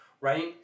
right